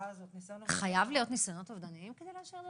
חייב להיות ניסיונות אובדניים כדי לאשר?